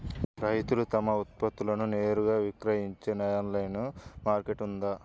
రైతులు తమ ఉత్పత్తులను నేరుగా విక్రయించే ఆన్లైను మార్కెట్ ఉందా?